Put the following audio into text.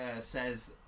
says